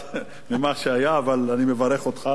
אבל אני מברך אותך, וגם שתצליח.